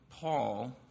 Paul